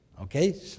okay